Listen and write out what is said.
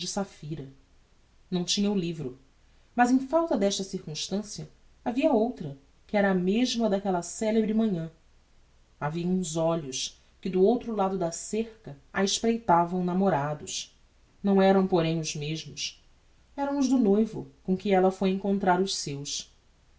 saphira não tinha o livro mas em falta desta circumstancia havia outra que era a mesma daquella celebre manhã havia uns olhos que do outro lado do cerca a espreitavam namorados não eram porém os mesmos eram os do noiva com quem ella foi encontrar o seus